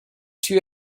two